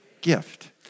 gift